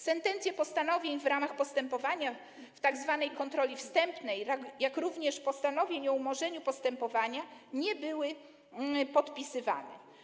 Sentencje postanowień w ramach postępowania w tzw. kontroli wstępnej, jak również postanowień o umorzeniu postępowania nie były podpisywane.